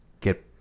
get